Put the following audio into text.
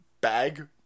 bag